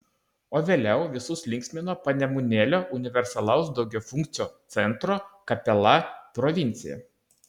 o vėliau visus linksmino panemunėlio universalaus daugiafunkcio centro kapela provincija